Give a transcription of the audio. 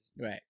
Right